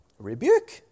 rebuke